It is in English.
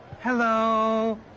hello